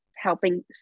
helping